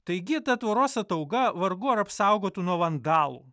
taigi ta tvoros atauga vargu ar apsaugotų nuo vandalų